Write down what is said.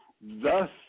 Thus